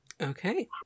Okay